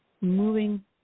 moving